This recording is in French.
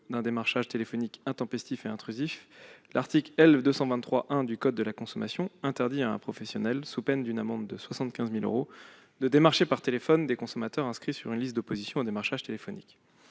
d'un démarchage téléphonique intempestif et intrusif, l'article L. 223-1 du code de la consommation interdit à un professionnel, sous peine d'une amende de 75 000 euros, de démarcher par téléphone des consommateurs inscrits sur une liste d'opposition au démarchage téléphonique.